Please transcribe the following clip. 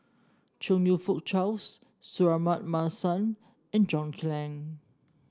Chong You Fook Charles Suratman Markasan and John Clang